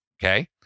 Okay